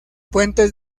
puentes